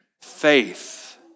faith